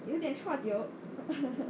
有点 chua tio